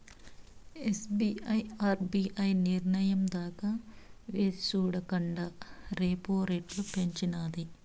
SBI RBI నిర్నయం దాకా వేచిచూడకండా రెపో రెట్లు పెంచినాది